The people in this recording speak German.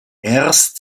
erst